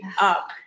up